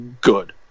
good